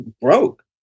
broke